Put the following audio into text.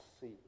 see